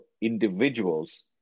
individuals